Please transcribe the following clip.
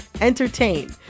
entertain